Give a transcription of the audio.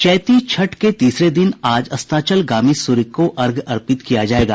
चैती छठ के तीसरे दिन आज अस्ताचलगामी सूर्य को अर्घ्य अर्पित किया जायेगा